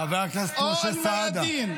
חבר הכנסת משה סעדה.